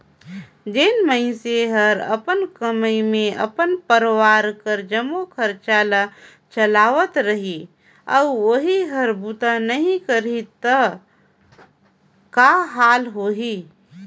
जेन मइनसे हर अपन कमई मे अपन परवार के जम्मो खरचा ल चलावत रही अउ ओही हर बूता नइ करही त का हाल होही